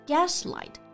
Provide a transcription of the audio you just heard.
Gaslight